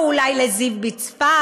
או אולי לזיו בצפת?